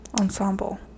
ensemble